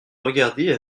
regarder